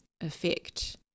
effect